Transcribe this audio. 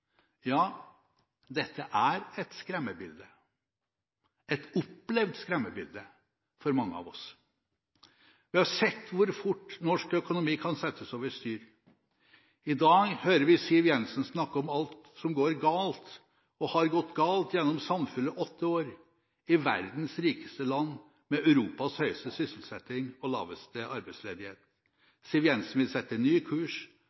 Ja, dette er et skremmebilde – et opplevd skremmebilde for mange av oss. Vi har sett hvor fort norsk økonomi kan settes over styr. I dag hører vi Siv Jensen snakke om alt som går galt, og har gått galt, i samfunnet i åtte år – i verdens rikeste land, med Europas høyeste sysselsetting og laveste arbeidsledighet. Siv Jensen vil sette ny kurs,